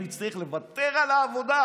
אני אצטרך לוותר על העבודה.